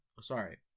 Sorry